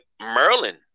Merlin